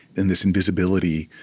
and this invisibility,